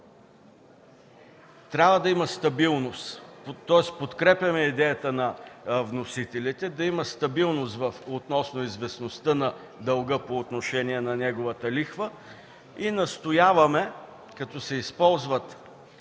трябва да има стабилност, тоест подкрепяме идеята на вносителите да има стабилност относно известността на дълга по отношение на неговата лихва. Настояваме, като се използват